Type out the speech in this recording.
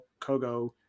Kogo